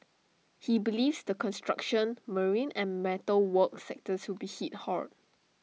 he believes the construction marine and metal work sectors will be hit hard